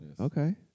Okay